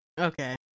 okay